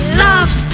love